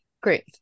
Great